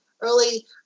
early